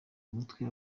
mutwe